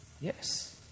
Yes